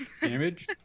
damage